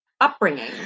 upbringing